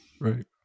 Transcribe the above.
right